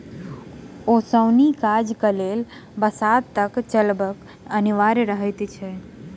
ओसौनी काजक लेल बसातक चलब अनिवार्य रहैत अछि